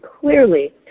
clearly